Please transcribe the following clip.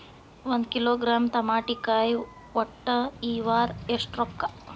ಒಂದ್ ಕಿಲೋಗ್ರಾಂ ತಮಾಟಿಕಾಯಿ ಒಟ್ಟ ಈ ವಾರ ಎಷ್ಟ ರೊಕ್ಕಾ?